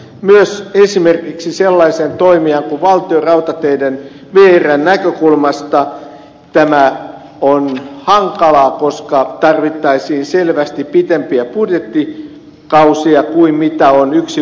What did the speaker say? myös esimerkiksi sellaisen toimijan kuin valtionrautateiden vrn näkökulmasta tämä on hankalaa koska tarvittaisiin selvästi pitempiä budjettikausia kuin yksi vaalikausi